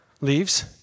leaves